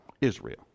Israel